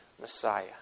Messiah